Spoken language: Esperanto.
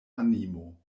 animo